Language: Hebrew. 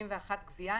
גבייה61.